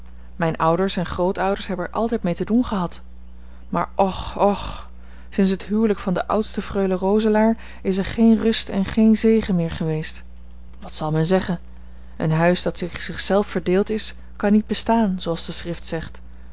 mijne ouders en grootouders hebben er altijd mee te doen gehad maar och och sinds het huwelijk van de oudste freule roselaer is er geen rust en geen zegen meer geweest wat zal men zeggen een huis dat tegen zich zelf verdeeld is kan niet bestaan zooals de schrift zegt